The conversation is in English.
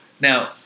Now